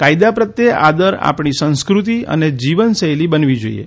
કાયદા પ્રત્યે આદર આપણી સંસ્કૃતિ અને જીવનશૈલી બનવી જોઇએ